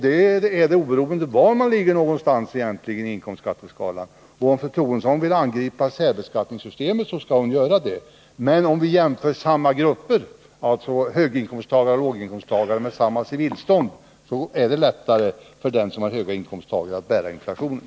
Så är det, oberoende av var man ligger på inkomstskatteskalan. Om fru Troedsson vill angripa särbeskattningssystemet skall hon göra det. Men om vi jämför samma grupper, dvs. höginkomsttagare och låginkomsttagare med samma civilstånd, så finner vi att det är lättare för den som är höginkomsttagare att bära inflationen.